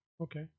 okay